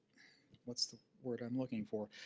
what's the word i'm looking for?